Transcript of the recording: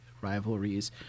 rivalries